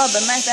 לא, באמת,